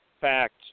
facts